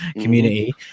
community